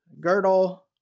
girdle